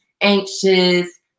anxious